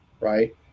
right